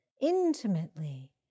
intimately